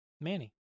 Manny